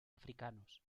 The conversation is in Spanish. africanos